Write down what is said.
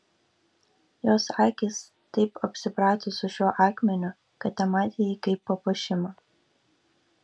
jos akis taip apsiprato su šiuo akmeniu kad tematė jį kaip papuošimą